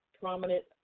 prominent